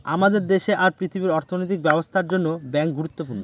আমাদের দেশে আর পৃথিবীর অর্থনৈতিক ব্যবস্থার জন্য ব্যাঙ্ক গুরুত্বপূর্ণ